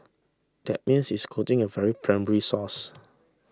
that means it's quoting a very primary source